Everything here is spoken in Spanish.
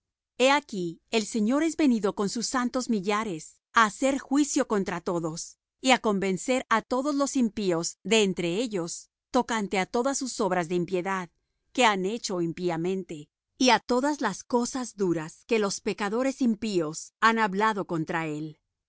he aquí el señor es venido con sus santos millares a hacer juicio contra todos y á convencer á todos los impíos de entre ellos tocante á todas sus obras de impiedad que han hecho impíamente y á todas las cosas duras que los pecadores impíos han hablado contra él